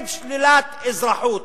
נגד שלילת אזרחות.